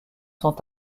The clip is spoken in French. sont